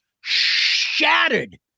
shattered